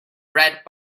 red